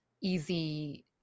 easy